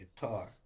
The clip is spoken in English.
guitar